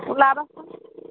ওলাব চোন